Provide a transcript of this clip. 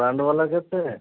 brand ବାଲା କେତେ